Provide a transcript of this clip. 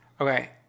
Okay